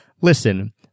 listen